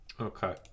okay